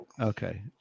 Okay